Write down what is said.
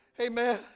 Amen